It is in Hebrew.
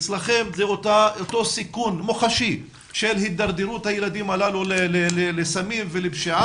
אצלכם זה אותו סיכון מוחשי של הידרדרות הילדים הללו לסמים ולפשיעה.